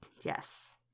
Yes